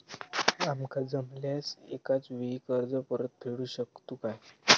आमका जमल्यास एकाच वेळी कर्ज परत फेडू शकतू काय?